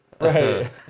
Right